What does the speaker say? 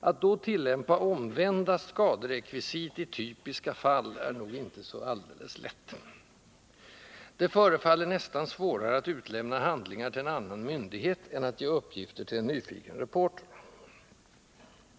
Att då tillämpa ”omvända skaderekvisit i typiska fall” är nog inte alltid så lätt. Det förefaller nästan svårare att utlämna handlingar till en annan myndighet än att ge uppgifter till en nyfiken reporter.